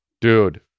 Dude